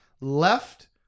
left